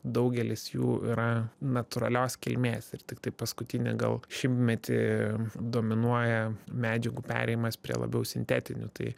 daugelis jų yra natūralios kilmės ir tiktai paskutinį gal šimtmetį dominuoja medžiagų perėjimas prie labiau sintetinių tai